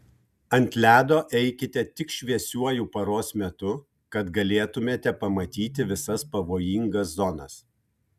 ant ledo eikite tik šviesiuoju paros metu kad galėtumėte pamatyti visas pavojingas zonas